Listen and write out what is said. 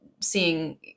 seeing